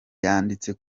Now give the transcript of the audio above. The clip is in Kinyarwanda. yanditse